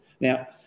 Now